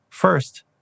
First